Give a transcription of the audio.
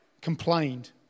complained